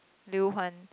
Liu-Huan